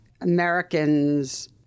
Americans